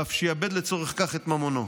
ואף שיעבד לצורך כך את ממונו.